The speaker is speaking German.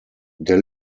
der